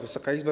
Wysoka Izbo!